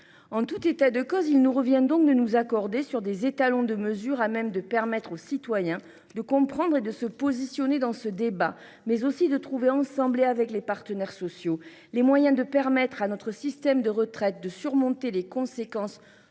En tout état de cause, il nous revient de nous accorder sur des étalons de mesure à même de permettre aux citoyens de comprendre et de se positionner dans ce débat. Nous devons aussi trouver ensemble, avec les partenaires sociaux, les moyens de permettre à notre système de retraite de surmonter les conséquences